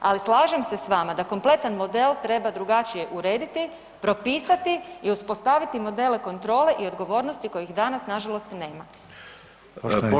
Ali slažem se s vama da kompletan model treba drugačije urediti, propisati i uspostaviti modele kontrole i odgovornosti kojih danas nažalost nema.